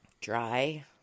Dry